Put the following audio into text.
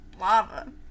lava